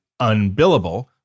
UNBILLABLE